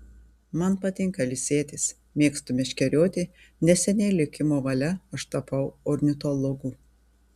man patinka ilsėtis mėgstu meškerioti neseniai likimo valia aš tapau ornitologu